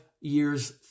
years